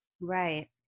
right